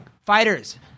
fighters